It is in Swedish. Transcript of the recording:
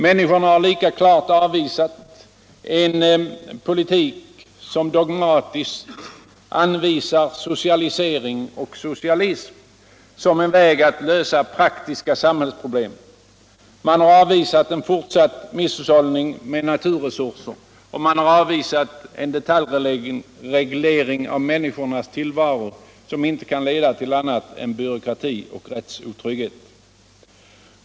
Människorna har lika klart avvisat en politik som dogmatiskt anger socialisering och socialism som en väg att lösa praktiska samhällsproblem. de har avvisat en förtsatt misshushållning med naturresurserna och de har avvisat en deuljreglering av människornas tillvaro som inte kan leda tvill annat än byråkrati och rättsotrygghet.